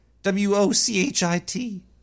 W-O-C-H-I-T